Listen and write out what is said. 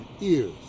ears